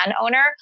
owner